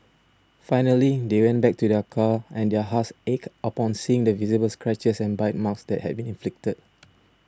finally they went back to their car and their hearts ached upon seeing the visible scratches and bite marks that had been inflicted